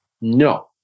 No